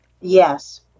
Yes